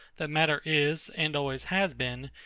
that matter is, and always has been,